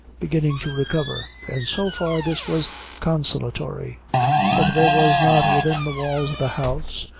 beginning to recover, and so far this was consolatory but there was not within the walls of the house,